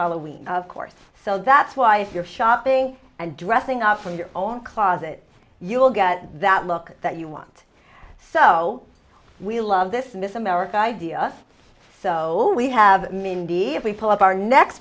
halloween of course so that's why if you're shopping and dressing up from your own class that you will get that look that you want so we love this miss america idea so we have mindy if we pull up our next